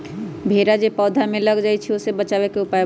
भेरा जे पौधा में लग जाइछई ओ से बचाबे के उपाय बताऊँ?